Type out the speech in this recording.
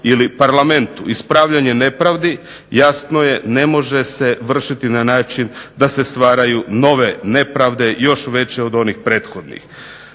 ili Parlamentu. Ispravljanje nepravdi, jasno je ne može se vršiti na način da se stvaraju nove nepravde još veće od onih prethodnih.